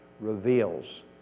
reveals